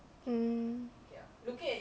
mm